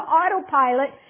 autopilot